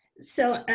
so